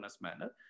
manner